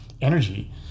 energy